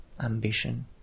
ambition